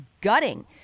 gutting